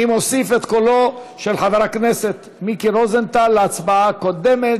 אני מוסיף את קולו של חבר הכנסת מיקי רוזנטל להצבעה הקודמת,